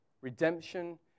redemption